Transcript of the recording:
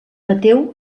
mateu